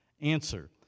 Answer